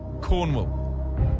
Cornwall